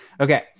Okay